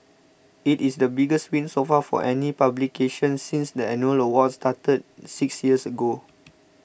it is the biggest win so far for any publication since the annual awards started six years ago